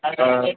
ஆ ஆ